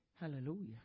hallelujah